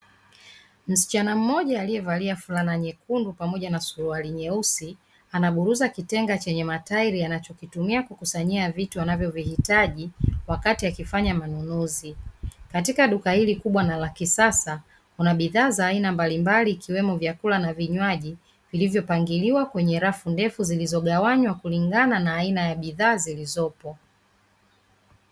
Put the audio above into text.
Msichana mmoja aliyevalia fulana nyekundu pamoja na suruali nyeusi ana buruza kitenga chenye matairi anachotumia kukusanywa vitu anavyovihitaji wakati akifanya manunuzi. Katika duka hili kubwa na la kisasa kuna bidhaa za aina mbalimbali ikiwemo vyakula na vijani vilivyo pangiliwa kwenye rafu ndefu zilizogawanywa kulingana na aina ya bidhaa zilizopo.